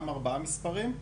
גם ארבעה מספרים,